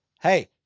hey